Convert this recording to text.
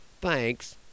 Thanks